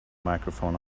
microphone